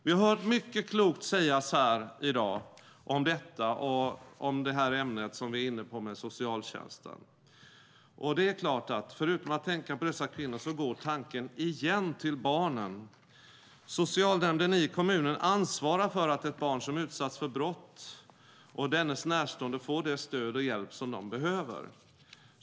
Vi har hört mycket klokt sägas här i dag om socialtjänsten. Förutom att tänka på dessa kvinnor går tanken igen till barnen. Socialnämnden i kommunen ansvarar för att barn som utsatts för brott och deras närstående får det stöd och den hjälp som de behöver.